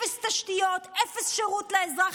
אפס תשתיות, אפס שירות לאזרח.